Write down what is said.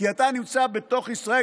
כי אתה נמצא בתוך ישראל,